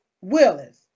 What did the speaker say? Willis